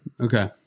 Okay